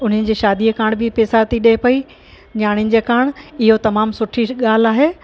उन जी शादी कारण बि पैसा थी ॾिए पई नियाणियुनि जे कारणि इहो तमामु सुठी ॻाल्हि आहे